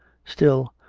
still,